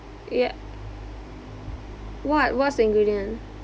yeah what what's the ingredient